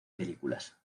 películas